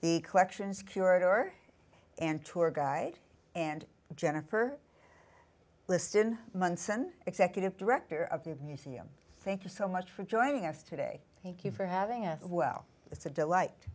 the collection is curator and tour guide and jennifer liston munson executive director of the museum thank you so much for joining us today thank you for having us well it's a delight